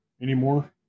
anymore